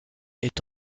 est